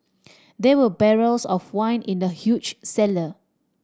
there were barrels of wine in the huge cellar